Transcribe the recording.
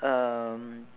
um